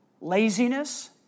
Laziness